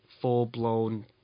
full-blown